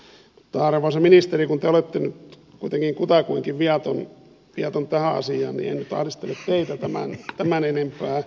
arvoisa ministeri kun te olette nyt kuitenkin kutakuinkin viaton tähän asiaan niin en nyt ahdistele teitä tämän enempää